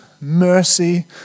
mercy